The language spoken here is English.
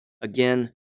again